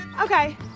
Okay